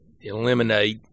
eliminate